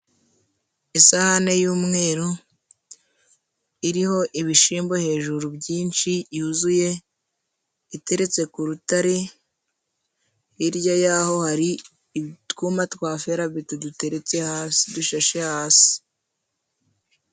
Isahane y'umweru, iriho ibishimbo hejuru byinshi yuzuye, iteretse ku rutare, hirya y'aho hari utwuma twa ferabeto duteretse hasi dushashe hasi.